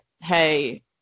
hey